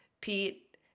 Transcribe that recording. Pete